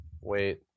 Wait